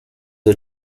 are